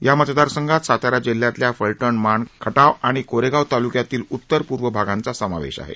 या मतदार संघात सातारा जिल्ह्यातील फलटण मांण खटाव आणि कोरेगाव ताल्क्यातील उतरपूर्व भागाचा समावेश आहे